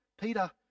Peter